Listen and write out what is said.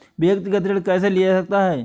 व्यक्तिगत ऋण कैसे लिया जा सकता है?